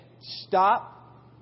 stop